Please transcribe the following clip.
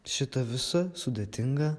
šitą visą sudėtingą